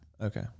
Okay